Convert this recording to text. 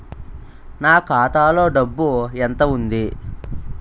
నా ఖాతాలో డబ్బు ఎంత ఉంది?